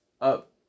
up